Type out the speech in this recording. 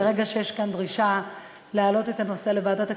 ברגע שיש כאן דרישה להעלות את הנושא לוועדת הכספים,